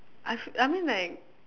I feel I mean like